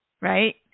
right